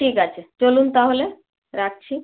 ঠিক আছে চলুন তাহলে রাখছি